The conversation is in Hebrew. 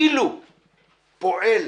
כאילו פועל